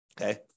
Okay